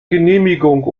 genehmigung